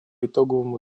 итоговому